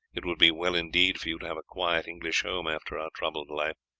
it would be well indeed for you to have a quiet english home after our troubled life.